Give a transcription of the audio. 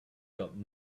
got